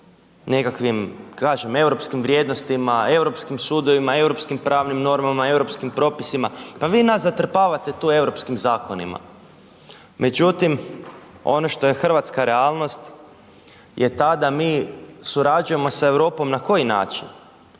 nekakvim kažem europskim vrijednostima, europskim sudovima, europskim pravnim normama, europskim propisima, pa vi nas zatrpavate tu europskim zakonima. Međutim, ono što je hrvatska realnost je ta da mi surađujemo sa Europom na koji način?